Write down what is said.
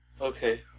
Okay